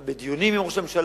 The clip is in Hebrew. אנחנו בדיונים עם ראש הממשלה,